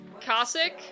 Cossack